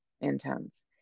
intense